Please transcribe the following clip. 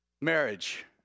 Marriage